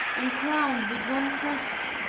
and crowned with one crest.